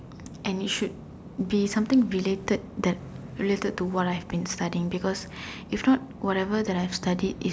and you should be something related that related to what I'm studying if not whatever I'm studying is